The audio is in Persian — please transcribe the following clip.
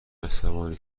عصبانی